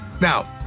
Now